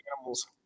animals